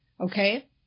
okay